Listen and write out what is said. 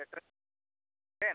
ᱥᱮᱴᱮᱨ ᱞᱮᱱ